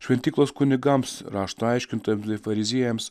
šventyklos kunigams rašto aiškintojam fariziejams